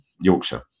Yorkshire